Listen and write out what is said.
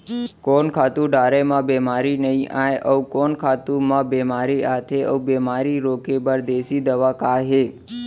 कोन खातू डारे म बेमारी नई आये, अऊ कोन खातू म बेमारी आथे अऊ बेमारी रोके बर देसी दवा का हे?